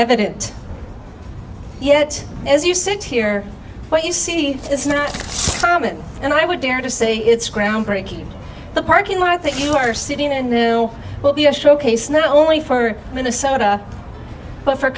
evident yet as you sit here well you see it's not common and i would dare to say it's groundbreaking the parking lot i think you are sitting and will be a showcase not only for minnesota but for